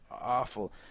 Awful